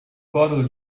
bottle